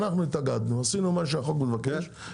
אנחנו התאגדנו, עשינו מה שהחוק מבקש.